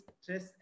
stress